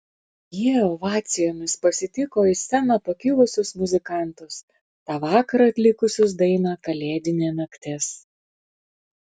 jie ovacijomis pasitiko į sceną pakilusius muzikantus tą vakarą atlikusius dainą kalėdinė naktis